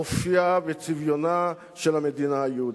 אופיה וצביונה של המדינה היהודית.